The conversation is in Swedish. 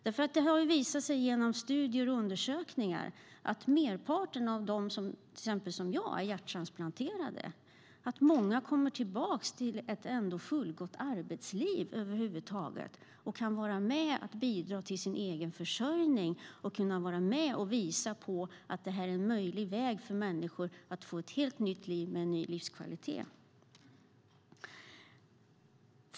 Det har visat sig genom studier och undersökningar att merparten av dem som till exempel är hjärttransplanterade, som jag, kommer tillbaka till ett fullgott arbetsliv, kan vara med och bidra till sin egen försörjning och kan vara med och visa att det här är en möjlig väg för människor att få ett helt nytt liv med en ny livskvalitet.